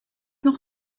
nog